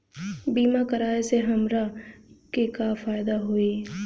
बीमा कराए से हमरा के का फायदा होई?